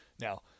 Now